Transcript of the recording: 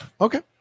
Okay